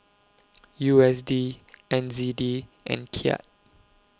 U S D N Z D and Kyat